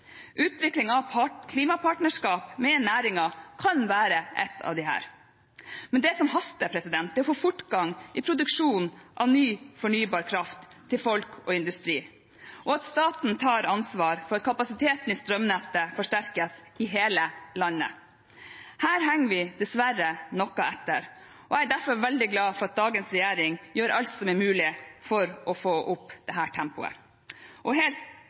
Utvikling av klimapartnerskap med næringen kan være ett av disse. Men det som haster, er å få fortgang i produksjonen av ny fornybar kraft til folk og industri, og at staten tar ansvar for at kapasiteten i strømnettet forsterkes i hele landet. Her henger vi dessverre noe etter, og jeg er derfor veldig glad for at dagens regjering gjør alt som er mulig for å få opp dette tempoet. Verden og